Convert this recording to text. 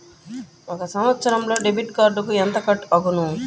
ఒక సంవత్సరంలో డెబిట్ కార్డుకు ఎంత కట్ అగును?